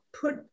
put